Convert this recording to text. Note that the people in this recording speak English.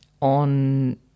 on